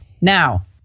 Now